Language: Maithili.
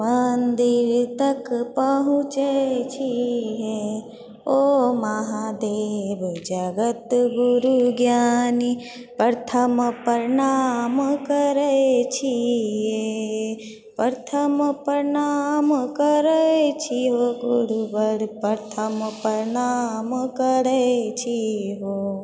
मन्दिर तक पहुँचै छी हे ओ महादेव जगत गुरु ज्ञानी प्रथम प्रणाम करै छी हे प्रथम प्रणाम करै छी हो गुरुवर प्रथम प्रणाम करै छी है